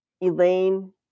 Elaine